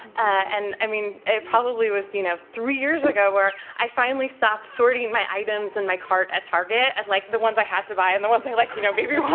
and i mean it probably was you know three years ago where i finally stopped sorting my items in my cart at target, and like the ones i had to buy and the ones i like you know maybe